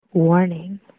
Warning